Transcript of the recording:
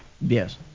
Yes